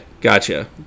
gotcha